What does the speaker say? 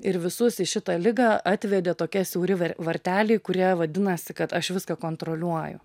ir visus į šitą ligą atvedė tokie siauri ver varteliai kurie vadinasi kad aš viską kontroliuoju